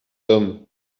homme